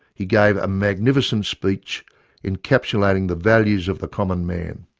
he gave a magnificent speech encapsulating the values of the common man.